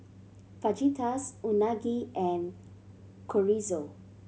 Fajitas Unagi and Chorizo